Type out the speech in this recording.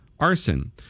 Arson